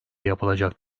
yapılacak